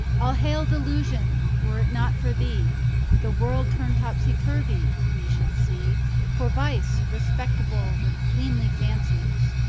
all hail, delusion! were it not for thee the world turned topsy-turvy we should see for vice, respectable with cleanly fancies,